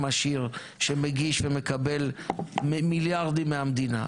עשיר שמגיש ומקבל מיליארדים מהמדינה,